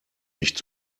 nicht